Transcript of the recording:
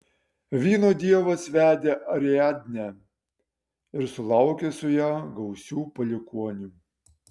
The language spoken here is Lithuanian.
vyno dievas vedė ariadnę ir sulaukė su ja gausių palikuonių